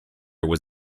was